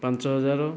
ପାଞ୍ଚ ହଜାର